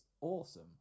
awesome